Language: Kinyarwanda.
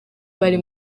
bari